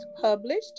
published